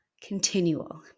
continual